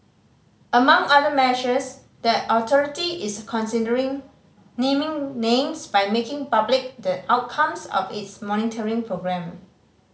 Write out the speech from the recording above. among other measures the authority is considering naming names by making public the outcomes of its monitoring programme